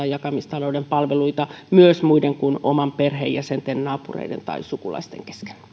jakamistalouden palveluita myös muiden kuin omien perheenjäsenten naapureiden tai sukulaisten